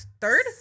third